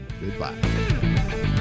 goodbye